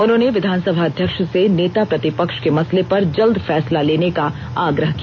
उन्होंने विधान सभा अध्यक्ष से नेता प्रतिपक्ष के मसले पर जल्द फैसला लेने का आग्रह किया